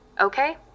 Okay